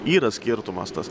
yra skirtumas tas